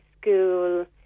school